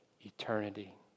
eternity